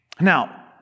Now